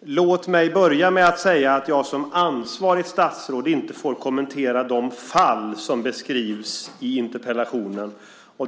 Låt mig börja med att säga att jag som ansvarigt statsråd inte får kommentera de fall som beskrivs i interpellationen.